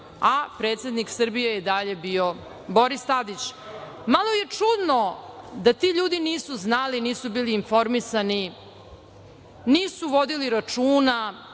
a predsednik Srbije je i dalje bio Boris Tadić. Malo je čudno da ti ljudi nisu znali, nisu bili informisani, nisu vodili računa